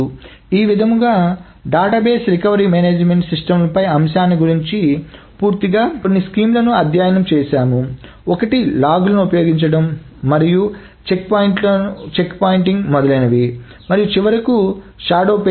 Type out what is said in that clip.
ఈ విధముగా database recovery management సిస్టమ్లపై అంశాన్ని గురించి పూర్తిగా తెలుసుకున్నాము మరియు మేము కొన్ని స్కీమ్లను అధ్యయనం చేసాము ఒకటి లాగ్లను ఉపయోగించడం మరియు చెక్పాయింటింగ్ మొదలైనవి మరియు చివరకు షాడో పేజింగ్